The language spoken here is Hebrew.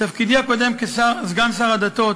בתפקידי הקודם, כסגן שר הדתות,